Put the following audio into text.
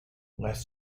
less